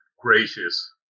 gracious